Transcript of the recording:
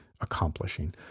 accomplishing